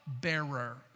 bearer